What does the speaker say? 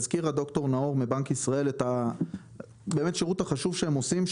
הזכירה ד"ר נאור מבנק ישראל את השירות החשוב שהם עושים,